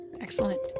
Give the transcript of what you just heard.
Excellent